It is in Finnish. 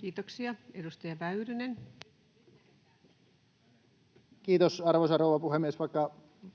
Time: 17:33 Content: Kiitos, arvoisa rouva puhemies! Vaikka